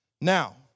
Now